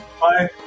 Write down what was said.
Bye